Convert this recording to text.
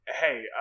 hey